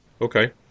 okay